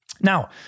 Now